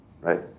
right